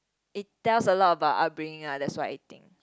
it tells a lot about upbringing ah that's what I think